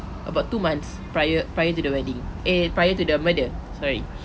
about two months prior prior to the wedding eh prior to the murder sorry